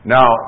Now